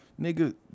nigga